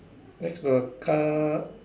next to the car